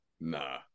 Nah